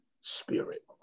spirit